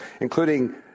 including